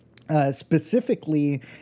specifically